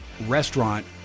restaurant